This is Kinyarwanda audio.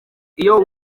iyo